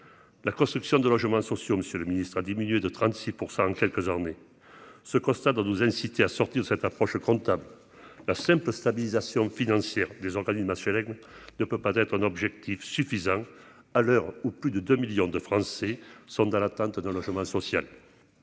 la construction de logements sociaux, monsieur le ministre a diminué de 36 % en quelques années ce constat dans 12 inciter à sortir cette approche comptable, la simple stabilisation financière nationale qu'on ne peut pas être un objectif suffisant à l'heure où plus de 2 millions de Français sont dans l'attente d'un logement social